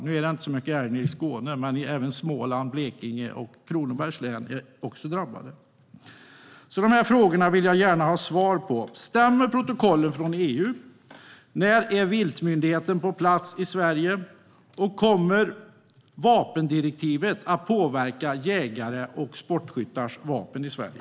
Nu är det inte så mycket älg nere i Skåne, men även Blekinge och Småland i Kronobergs län är drabbade på samma sätt. Dessa frågor vill jag gärna ha svar på: Stämmer protokollen från EU? När är viltmyndigheten på plats i Sverige? Kommer vapendirektivet att påverka jägares och sportskyttars vapen i Sverige?